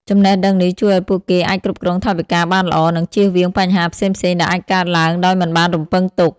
ចំណេះដឹងនេះជួយឲ្យពួកគេអាចគ្រប់គ្រងថវិកាបានល្អ និងជៀសវាងបញ្ហាផ្សេងៗដែលអាចកើតឡើងដោយមិនបានរំពឹងទុក។